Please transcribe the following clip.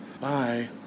Bye